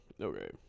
Okay